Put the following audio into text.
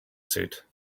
suit